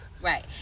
Right